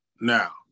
Now